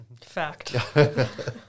Fact